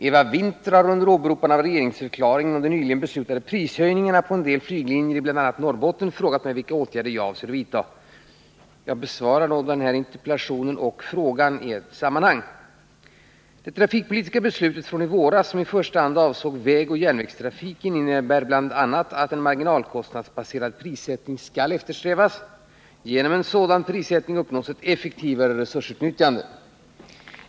Eva Winther har under åberopande av regeringsförklaringen och de nyligen beslutade prishöjningarna på en del flyglinjer i bl.a. Norrbotten frågat mig vilka åtgärder jag avser att vidta. Jag besvarar interpellationen och frågan i ett sammanhang. skall eftersträvas. Genom en sådan prissättning uppnås ett effektivare resursutnyttjande.